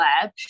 lab